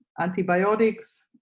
antibiotics